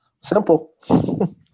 Simple